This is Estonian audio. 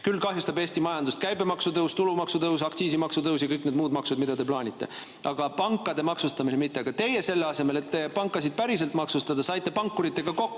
Küll kahjustavad Eesti majandust käibemaksutõus, tulumaksutõus, aktsiisimaksutõus ja kõik need muud maksud, mida te plaanite, aga pankade maksustamine mitte. Teie saite selle asemel, et pankasid päriselt maksustada, pankuritega kokku.